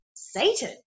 satan